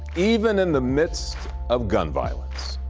even in the midst of gun violence,